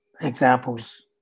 examples